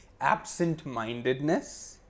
absent-mindedness